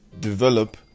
develop